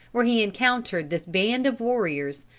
where he encountered this band of warriors,